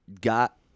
got